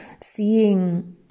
seeing